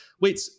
Wait